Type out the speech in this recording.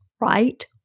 right